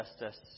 justice